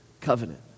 covenant